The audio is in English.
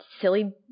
silly